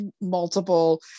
multiple